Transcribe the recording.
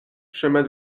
chemin